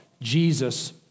Jesus